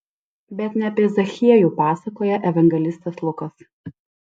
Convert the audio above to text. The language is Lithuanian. bet ne apie zachiejų pasakoja evangelistas lukas